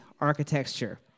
architecture